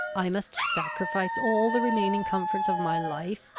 i must sacrifice all the remaining comforts of my life.